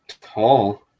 tall